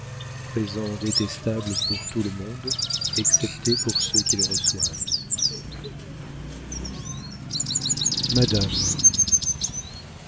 présents détestables pour tout le monde excepté pour ceux qui les reçoivent madame